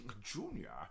Junior